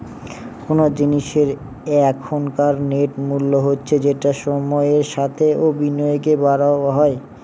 কোন জিনিসের এখনকার নেট মূল্য হচ্ছে যেটা সময়ের সাথে ও বিনিয়োগে বড়ো হয়